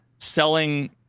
selling